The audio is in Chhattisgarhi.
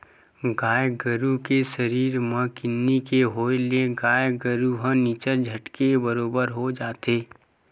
गाय गरु के सरीर म किन्नी के होय ले गाय गरु ह निच्चट झटके बरोबर हो जाथे